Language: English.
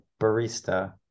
barista